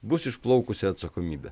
bus išplaukusi atsakomybė